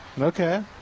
Okay